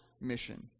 mission